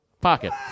Pocket